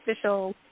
official